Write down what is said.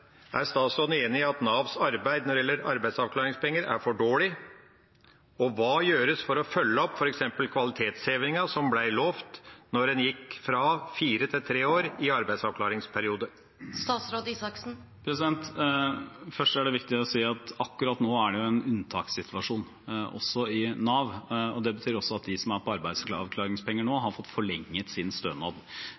Er statsråden enig i at Navs arbeid når det gjelder arbeidsavklaringspenger, er for dårlig, og hva gjøres for å følge opp f.eks. kvalitetshevingen som ble lovet da man gikk fra fire til tre år i arbeidsavklaringsperiode? Først er det viktig å si at akkurat nå er det en unntakssituasjon også i Nav. Det betyr at de som er på arbeidsavklaringspenger nå,